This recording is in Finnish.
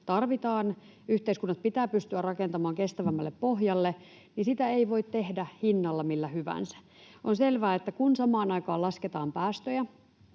tarvitaan, yhteiskunnat pitää pystyä rakentamaan kestävämmälle pohjalle, niin sitä ei voi tehdä hinnalla millä hyvänsä. On selvää, että kun lasketaan päästöjä,